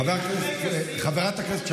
חבר ועדת האתיקה.